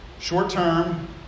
short-term